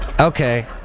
Okay